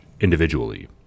individually